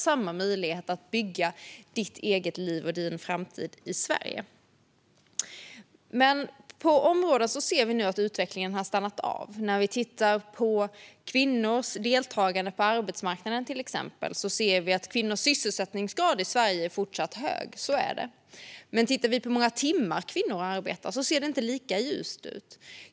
På vissa områden har dock utvecklingen stannat av. Kvinnors sysselsättningsgrad är fortfarande hög, men tittar vi på hur många timmar kvinnor arbetar ser det inte lika ljust ut.